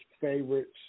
favorites